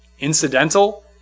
incidental